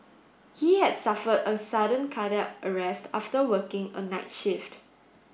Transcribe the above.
he had suffered a sudden cardiac arrest after working a night shift